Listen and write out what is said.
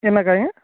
என்ன காய்ங்க